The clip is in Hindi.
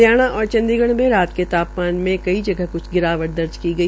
हरियाणा और चंडीग में रात के तापमान में कई जगह क्छ गिरावट दर्ज की गई